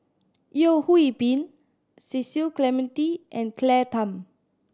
Yeo Hwee Bin Cecil Clementi and Claire Tham